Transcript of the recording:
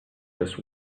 just